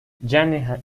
jen